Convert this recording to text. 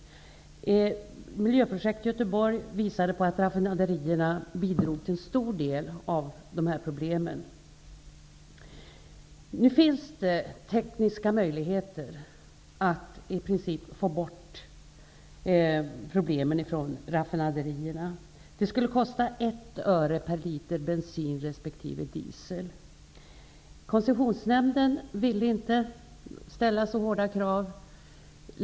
Miljöprojekt i Göteborg visar att raffinaderierna till stor del bidrog till dessa problem. Det finns nu tekniska möjligheter att i princip få bort problemen från raffinaderierna. Det skulle kosta ett öre per en liter bensin resp. diesel. Koncessionsnämnden vill inte ställa så hårda krav.